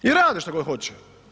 I rade što god hoće.